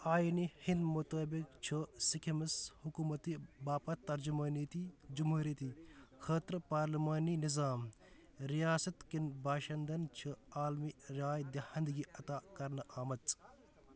آینہِ ہِنٛدۍ مُطٲبِق چھُ سِكِمٕز حكوٗمَتہِ باپتھ ترجُمٲنیتی جمہوٗریتی خٲطرٕ پارلِمٲنی نِظام رِیاستكٮ۪ن باشِنٛدَن چھِ عالمی راے دِہانٛدگی عطا كَرنہٕ آمٕژ